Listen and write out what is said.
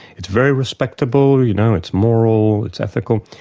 it's very respectable, you know it's moral, it's ethical,